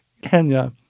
Kenya